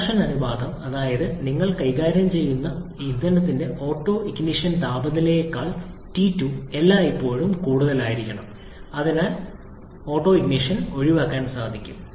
compression അനുപാതം അതായത് നിങ്ങൾ കൈകാര്യം ചെയ്യുന്ന ഇന്ധനത്തിന്റെ ഓട്ടോഇനിഷൻ താപനിലയേക്കാൾ ടി 2 എല്ലായ്പ്പോഴും കൂടുതലായിരിക്കണം അതിനാൽ ഓട്ടൊണിഷൻ ഒഴിവാക്കാനാകും